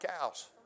cows